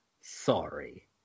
sorry